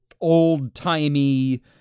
old-timey